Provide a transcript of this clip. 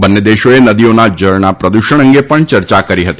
બંને દેશોએ નદીઓના જળના પ્રદૂષણ અંગે પણ ચર્ચા કરી હતી